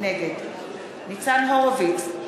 נגד ניצן הורוביץ,